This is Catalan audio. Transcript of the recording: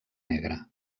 negre